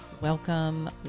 Welcome